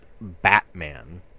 Batman